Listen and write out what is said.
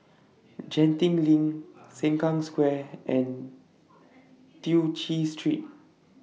Genting LINK Sengkang Square and Tew Chew Street